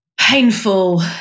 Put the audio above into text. painful